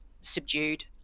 subdued